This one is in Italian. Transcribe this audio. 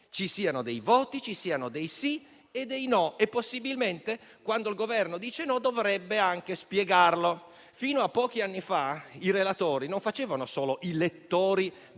ci siano dei voti, dei sì e dei no, e possibilmente, quando il Governo dice no, dovrebbe anche spiegarlo. Fino a pochi anni fa i relatori non facevano solo i lettori